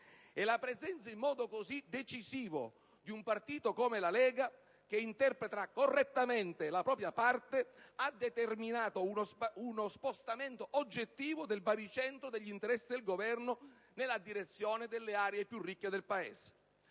La presenza in modo così decisivo di un partito come la Lega, che interpreta correttamente la propria parte, ha determinato lo spostamento oggettivo del baricentro degli interessi del Governo nella direzione delle aree più ricche del Paese.